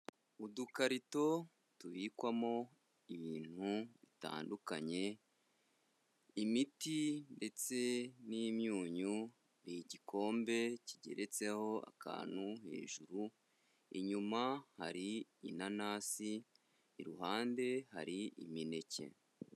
Udukarito tubikwamo ibintu bitandukanye: imiti ndetse n'imyunyu, ni igikombe kigeretseho akantu hejuru, inyuma hari inanasi, iruhande hari imineke.